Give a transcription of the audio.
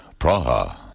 Praha